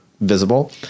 visible